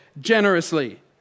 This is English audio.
Generously